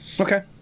Okay